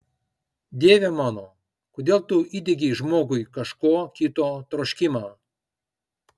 dieve mano kodėl tu įdiegei žmogui kažko kito troškimą